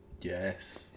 Yes